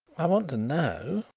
i want to know,